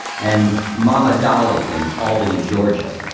and mama dolly in albany, georgia.